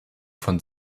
von